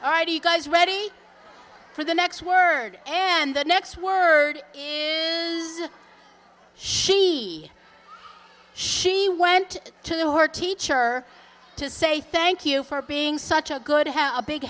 right you guys ready for the next word and the next word is she she went to her teacher to say thank you for being such a good how a big